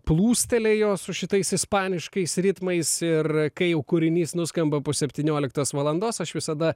plūstelėjo su šitais ispaniškais ritmais ir kai jau kūrinys nuskamba po septynioliktos valandos aš visada